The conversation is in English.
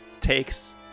takes